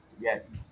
Yes